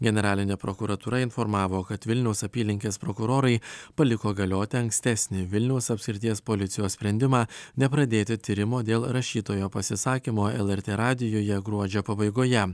generalinė prokuratūra informavo kad vilniaus apylinkės prokurorai paliko galioti ankstesnį vilniaus apskrities policijos sprendimą nepradėti tyrimo dėl rašytojo pasisakymo lrt radijuje gruodžio pabaigoje